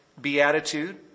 beatitude